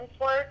work